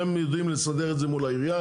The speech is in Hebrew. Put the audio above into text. הם יודעים לסדר את זה מול העירייה.